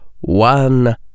one